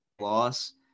loss